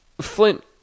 Flint